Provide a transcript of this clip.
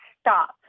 stop